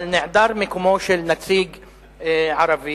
אבל נעדר מקומו של נציג ערבי.